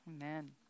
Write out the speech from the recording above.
Amen